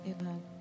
Amen